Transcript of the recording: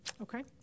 Okay